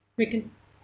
we can